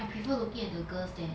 I prefer looking at the girls there